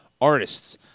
artists